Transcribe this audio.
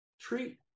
treat